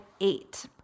eight